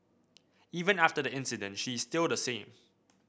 even after the incident she is still the same